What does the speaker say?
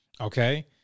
Okay